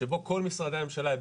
שבו כל משרדי הממשלה,